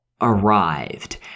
arrived